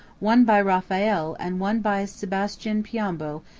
one by raphael and one by sebastian piombo,